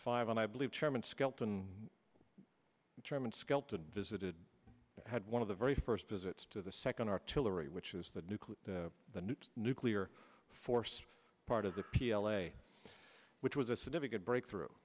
five and i believe chairman skelton and chairman skelton visited had one of the very first visits to the second artillery which is the nuclear the new nuclear force part of the p l a which was a significant breakthrough